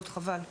חבל.